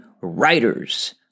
writers